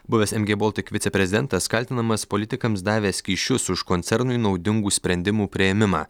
buvęs mg boltik viceprezidentas kaltinamas politikams davęs kyšius už koncernui naudingų sprendimų priėmimą